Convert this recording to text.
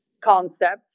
concept